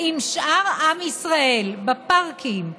עם שאר עם ישראל בפארקים,